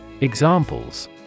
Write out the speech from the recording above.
Examples